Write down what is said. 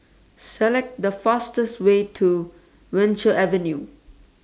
Select The fastest Way to Venture Avenue